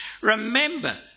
remember